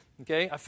Okay